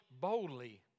boldly